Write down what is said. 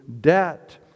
debt